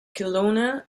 kelowna